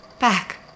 back